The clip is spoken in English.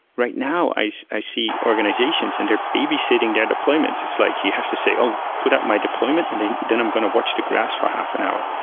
right now i i see organizations and they're babysitting their deployment. it's like you have to say, oh, put out my deployment and then i'm going to watch the grass for half an hour.